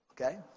okay